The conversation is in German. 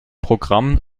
programm